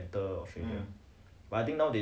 allowing a certain set